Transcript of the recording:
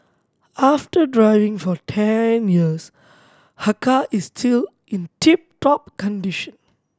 after driving for ten years her car is still in tip top condition